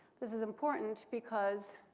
this is important because,